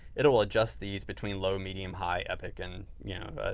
it'll adjust these between low, medium, high, epic. and yeah but